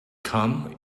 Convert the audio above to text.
come